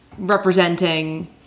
Representing